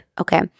Okay